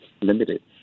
limited